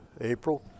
April